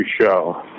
show